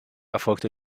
erfolgte